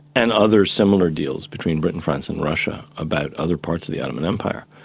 and other similar deals between britain, france and russia about other parts of the ottoman empire,